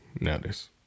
notice